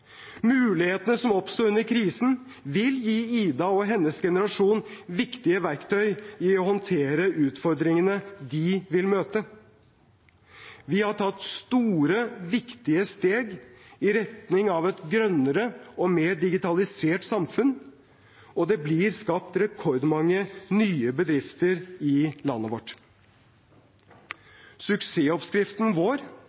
Mulighetene som oppsto under krisen, vil gi Ida og hennes generasjon viktige verktøy til å håndtere utfordringene de vil møte. Vi har tatt store, viktige steg i retning av et grønnere og mer digitalisert samfunn, og det blir skapt rekordmange nye bedrifter i landet